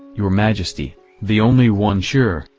your majesty the only one sure,